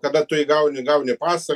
kada tu įgauni gauni pasą